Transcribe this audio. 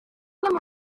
bagore